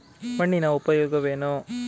ಮಣ್ಣಿನ ಉಪಯೋಗವೇನು?